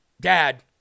Dad